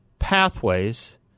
pathways